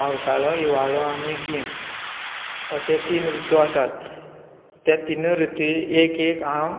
पावसाळो हिवाळो आनी गीम अशें तीन ऋतू आसात ते तीनूय ऋतू एक एक हांव